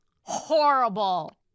horrible